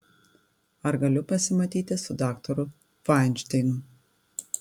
ar galiu pasimatyti su daktaru fainšteinu